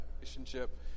relationship